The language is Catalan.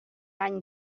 any